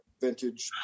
vintage